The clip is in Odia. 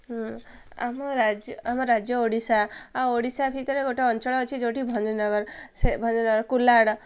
ଆମ ରାଜ୍ୟ ଆମ ରାଜ୍ୟ ଓଡ଼ିଶା ଆଉ ଓଡ଼ିଶା ଭିତରେ ଗୋଟେ ଅଞ୍ଚଳ ଅଛି ଯେଉଁଠି ଭଞ୍ଜନଗର ସେ ଭଞ୍ଜନଗର କୁଲ୍ହାଡ଼